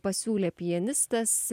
pasiūlė pianistas